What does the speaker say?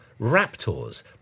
raptors